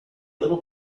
little